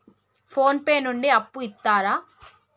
Phone pay నుండి అప్పు ఇత్తరా?